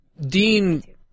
Dean